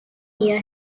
year